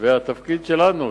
והתפקיד שלנו,